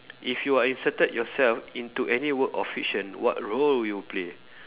if you are inserted yourself into any work or fiction what role would you play